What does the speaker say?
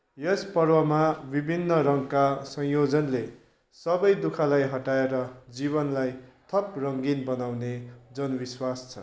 यस पर्वमा विभिन्न रङका संयोजनले सबै दुःखलाई हटाएर जीवनलाई थप रङ्गीन बनाउने जनविश्वास छ